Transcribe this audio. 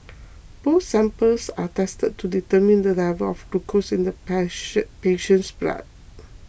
both samples are tested to determine the level of glucose in the patient's blood